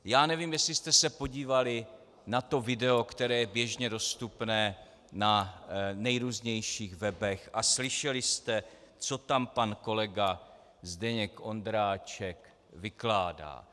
Já nevím, jestli se podívali na to video, které je běžně dostupné na nejrůznějších webech, a slyšeli jste, co tam pan kolega Zdeněk Ondráček vykládá.